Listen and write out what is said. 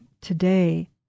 today